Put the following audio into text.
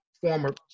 former